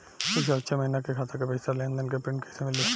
पिछला छह महीना के खाता के पइसा के लेन देन के प्रींट कइसे मिली?